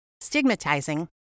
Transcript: stigmatizing